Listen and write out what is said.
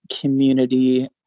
community